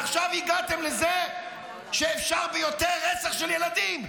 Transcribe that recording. עכשיו הגעתם לזה שאפשר ביותר רצח של ילדים.